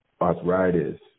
arthritis